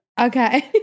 Okay